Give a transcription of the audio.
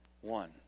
one